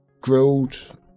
grilled